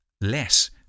less